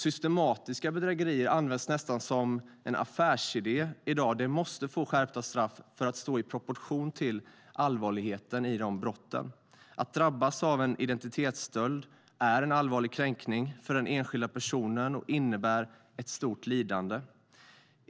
Systematiska bedrägerier används nästan som en affärsidé i dag. Sådana bedrägerier måste få skärpta straff för att stå i proportion till allvarligheten i brotten. Att drabbas av en identitetsstöld är en allvarlig kränkning för den enskilda personen och innebär ett stort lidande.